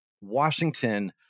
Washington